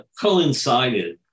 coincided